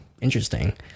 interesting